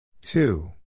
Two